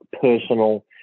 personal